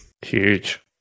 Huge